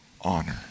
honor